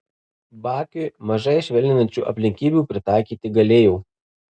bakiui mažai švelninančių aplinkybių pritaikyti galėjo